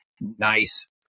nice